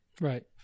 Right